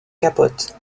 capote